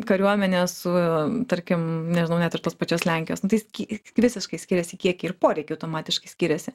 kariuomenę su tarkim nežinau net ir tos pačios lenkijos nu tai sky visiškai skiriasi kiekiai ir poreikiai automatiškai skiriasi